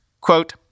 Quote